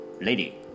lady